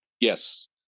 Yes